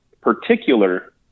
particular